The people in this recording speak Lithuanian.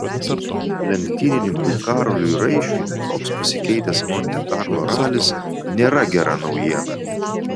lenktynininkui karoliui raišiui toks pasikeitęs monte karlo ralis nėra gera naujiena